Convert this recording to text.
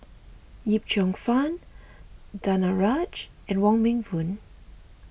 Yip Cheong Fun Danaraj and Wong Meng Voon